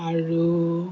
আৰু